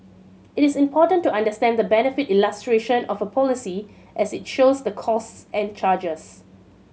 it is important to understand the benefit illustration of a policy as it shows the costs and charges